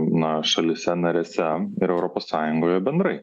na šalyse narėse ir europos sąjungoje bendrai